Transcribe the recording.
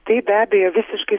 taip be abejo visiškai